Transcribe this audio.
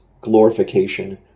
glorification